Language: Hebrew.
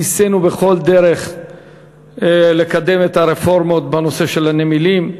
ניסינו בכל דרך לקדם את הרפורמות בנושא של הנמלים.